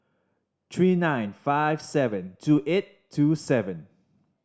three nine five seven two eight two seven